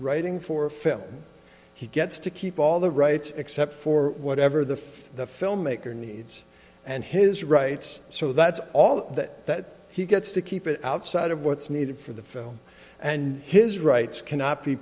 writing for film he gets to keep all the rights except for whatever the fuck the filmmaker needs and his rights so that's all that he gets to keep it outside of what's needed for the film and his rights cannot be